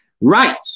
Right